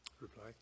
Reply